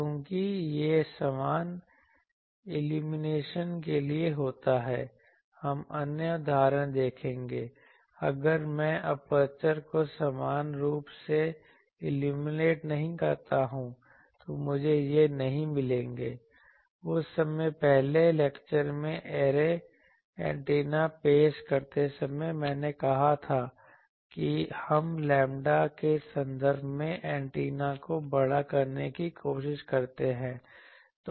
क्योंकि यह समान इल्यूमिनेशन के लिए होता है हम अन्य उदाहरण देखेंगे अगर मैं एपर्चर को समान रूप से इल्यूमिनेट नहीं करता हूं तो मुझे ये नहीं मिलेंगे उस समय पहले लेक्चर में ऐरे एंटीना पेश करते समय मैंने कहा था कि हम लैम्बडा के संदर्भ में एंटीना को बड़ा बनाने की कोशिश करते हैं